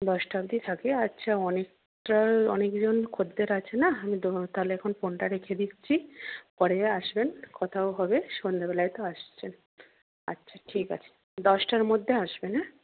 দশটা অব্দি থাকি আচ্ছা অনেকটা অনেকজন খদ্দের আছে না তাহলে এখন ফোনটা রেখে দিচ্ছি পরে আসবেন কথাও হবে সন্ধ্যেবেলায় তো আসছেন আচ্ছা ঠিক আছে দশটার মধ্যে আসবেন হ্যাঁ